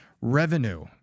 Revenue